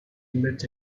lived